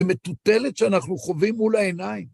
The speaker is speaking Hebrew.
מטוטלת שאנחנו חווים מול העיניים.